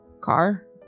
car